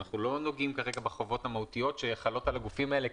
אנחנו לא נוגעים כרגע בחובות המהותיות שחלות על הגופים האלה,